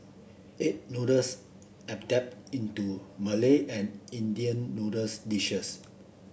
egg noodles adapt into Malay and Indian noodles dishes